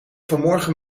vanmorgen